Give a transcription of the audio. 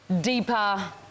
deeper